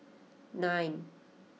nine